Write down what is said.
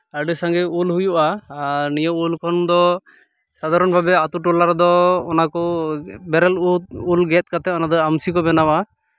ᱟᱹᱰᱤ ᱥᱟᱸᱜᱮ ᱩᱞ ᱦᱩᱭᱩᱜᱼᱟ ᱟᱨ ᱱᱤᱭᱟᱹ ᱩᱞ ᱠᱷᱚᱱ ᱫᱚ ᱥᱟᱫᱷᱟᱨᱚᱱ ᱵᱷᱟᱵᱮ ᱟᱹᱛᱩᱼᱴᱚᱞᱟ ᱨᱮᱫᱚ ᱚᱱᱟ ᱠᱚ ᱵᱮᱨᱮᱞ ᱩᱞ ᱜᱮᱫ ᱠᱟᱛᱮᱫ ᱚᱱᱟ ᱫᱚ ᱟᱢᱥᱤ ᱠᱚ ᱵᱮᱱᱟᱣᱟ